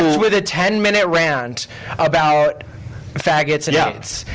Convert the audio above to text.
with a ten minute rant about faggots and aids.